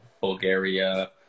Bulgaria